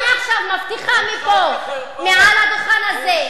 אני מבטיחה מפה, מעל הדוכן הזה.